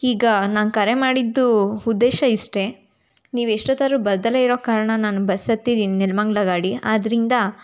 ಈಗ ನಾನು ಕರೆ ಮಾಡಿದ್ದು ಉದ್ದೇಶ ಇಷ್ಟೇ ನೀವು ಎಷ್ಟೊತ್ತಾದರೂ ಬರ್ದೆ ಇರೋ ಕಾರಣ ನಾನು ಬಸ್ ಹತ್ತಿದೀನಿ ನೆಲಮಂಗ್ಲ ಗಾಡಿ ಆದ್ದರಿಂದ